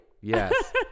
Yes